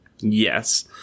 Yes